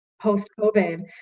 post-COVID